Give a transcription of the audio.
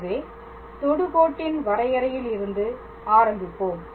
எனவே தொடுகோட்டின் வரையறையில் இருந்து ஆரம்பிப்போம்